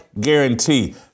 guarantee